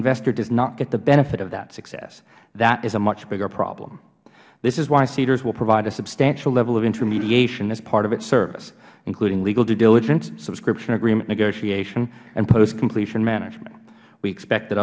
investor does not get the benefit of that success that is a much bigger problem this is why seedrs will provide a substantial level of intermediation as part of its service including legal due diligence subscription agreement negotiation and post completion management we expect